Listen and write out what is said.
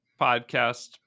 podcast